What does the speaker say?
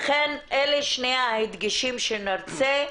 אלה שני ההדגשים שנרצה.